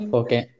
okay